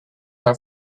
are